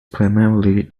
primarily